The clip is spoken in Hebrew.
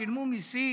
שילמו מיסים.